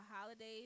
holidays